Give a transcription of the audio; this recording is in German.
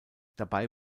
dabei